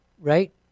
Right